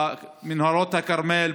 במנהרות הכרמל,